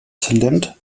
talent